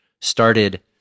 started